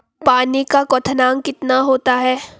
पानी का क्वथनांक कितना होता है?